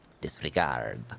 Disregard